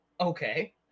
Okay